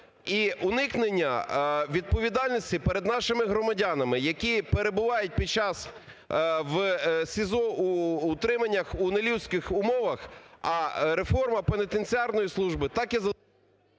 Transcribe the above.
і уникнення відповідальності перед нашими громадянами, які перебуваються під час в СІЗО утриманнях у не людських умовах, а реформа пенітенціарної служби так і залишилась…